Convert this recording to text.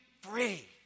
free